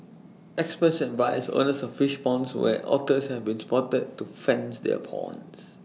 experts advise owners of fish ponds where otters have been spotted to fence their ponds